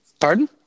Pardon